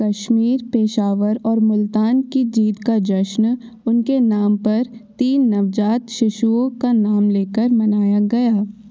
कश्मीर पेशावर और मुल्तान की जीत का जश्न उनके नाम पर तीन नवजात शिशुओं का नाम लेकर मनाया गया